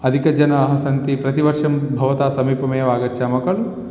अधिकजनाः सन्ति प्रतिवर्षं भवतां समीपमेव आगच्छामः खलु